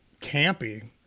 campy